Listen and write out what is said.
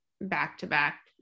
back-to-back